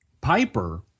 Piper